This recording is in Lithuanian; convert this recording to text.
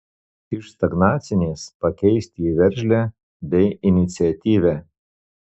iš stagnacinės pakeisti į veržlią bei iniciatyvią